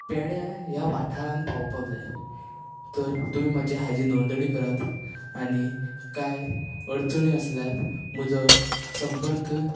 पेड्यां ह्या वाठारान पावोवपाक जाय तर तुमी म्हजी हाजी नोंदणी करात आनी काय अडचण्यो आसल्यार म्हजो संपर्क